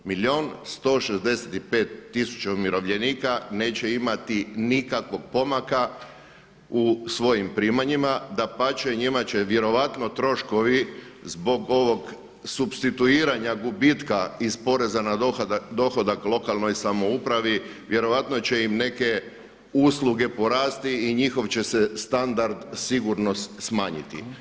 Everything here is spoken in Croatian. Milijun 165 tisuća umirovljenika neće imati nikakvog pomaka u svojim primanjima, dapače njima će vjerojatno troškovi zbog ovog supstituiranja gubitka iz poreza na dohodak lokalnoj samoupravi vjerojatno će im neke usluge porasti i njihov će se standard sigurno smanjiti.